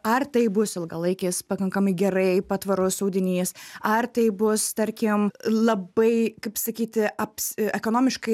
ar tai bus ilgalaikis pakankamai gerai patvarus audinys ar tai bus tarkim labai kaip sakyti abs a ekonomiškai